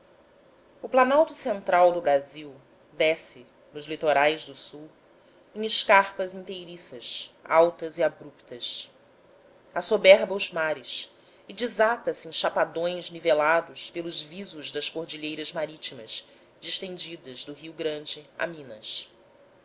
o planalto central do brasil desce nos litorais do sul em escarpas inteiriças altas e abruptas assoberba os mares e desata se em chapadões nivelados pelos visos das cordilheiras marítimas distendidas do rio grande a minas